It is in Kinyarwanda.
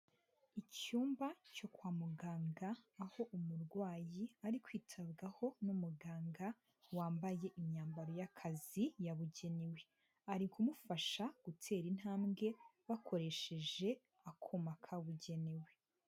Icyumba cyo kwa muganga aho umurwayi ari kwitabwaho n'umuganga wambaye imyambaro y'akazi yabugenewe. Ari kumufasha gutera intambwe bakoresheje akuma kabugenewe.